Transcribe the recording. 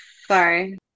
Sorry